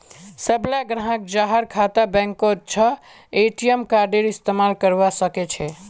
सबला ग्राहक जहार खाता बैंकत छ ए.टी.एम कार्डेर इस्तमाल करवा सके छे